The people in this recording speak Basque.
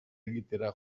egitera